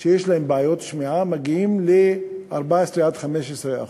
שיש להם בעיות שמיעה, מגיעים ל-14% עד 15%,